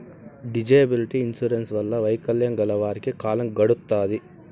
disability insurance వల్ల వైకల్యం గల వారికి కాలం గడుత్తాది